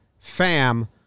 Fam